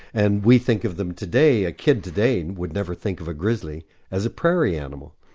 and we think of them today, a kid today would never think of a grizzly as a prairie animal,